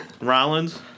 Rollins